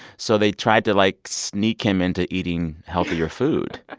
so they tried to, like, sneak him into eating healthier food.